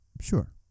Sure